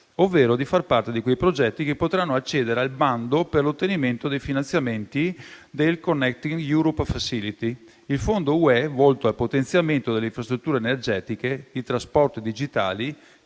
ovvero di far parte di quei progetti che potranno accedere al bando per l'ottenimento dei finanziamenti del Connecting europe facility, il fondo UE volto al potenziamento delle infrastrutture energetiche di trasporto digitali